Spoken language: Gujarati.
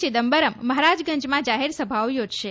ચિદમ્બરમ મહારાજગંજમાં જાહેરસભાઓ યોજશે